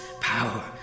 power